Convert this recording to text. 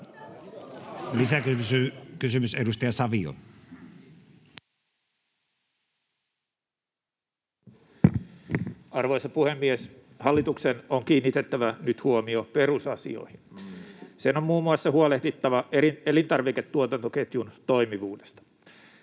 ps) Time: 16:08 Content: Arvoisa puhemies! Hallituksen on kiinnitettävä nyt huomio perusasioihin. Sen on muun muassa huolehdittava elintarviketuotantoketjun toimivuudesta.